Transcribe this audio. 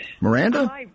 Miranda